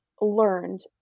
learned